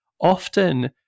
often